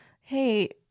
hey